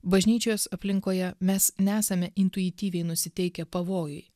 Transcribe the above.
bažnyčios aplinkoje mes nesame intuityviai nusiteikę pavojui